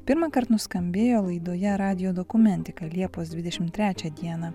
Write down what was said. pirmąkart nuskambėjo laidoje radijo dokumentika liepos dvidešim trečią dieną